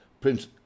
Prince